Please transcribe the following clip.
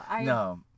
No